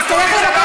אז תלך לבקש,